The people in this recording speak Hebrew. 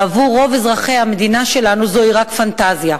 בעבור רוב אזרחי המדינה שלנו זוהי רק פנטזיה.